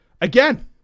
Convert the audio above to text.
Again